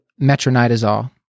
metronidazole